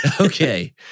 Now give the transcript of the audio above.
Okay